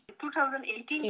2018